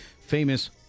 famous